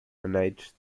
managed